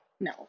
No